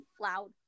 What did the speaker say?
loud